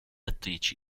attrici